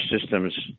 systems